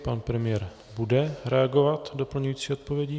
Pan premiér bude reagovat doplňující odpovědí.